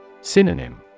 Synonym